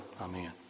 Amen